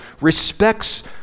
respects